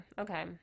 Okay